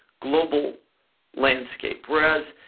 global landscape, whereas,